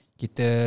kita